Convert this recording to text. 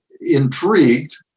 intrigued